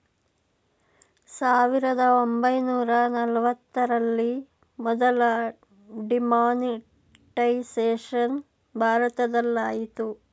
ಸಾವಿರದ ಒಂಬೈನೂರ ನಲವತ್ತರಲ್ಲಿ ಮೊದಲ ಡಿಮಾನಿಟೈಸೇಷನ್ ಭಾರತದಲಾಯಿತು